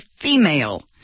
female